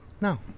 No